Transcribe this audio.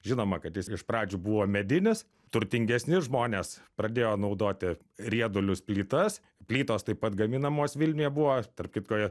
žinoma kad jis iš pradžių buvo medinis turtingesni žmonės pradėjo naudoti riedulius plytas plytos taip pat gaminamos vilniuje buvo tarp kitko